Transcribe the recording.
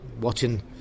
watching